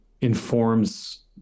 informs